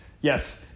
Yes